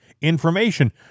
information